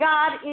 God